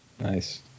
Nice